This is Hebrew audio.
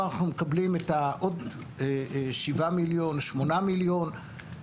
אנחנו מקבלים את התוספת של עוד 7 מיליון ₪ או 8 מיליון ₪.